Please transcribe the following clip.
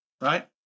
Right